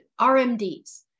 RMDs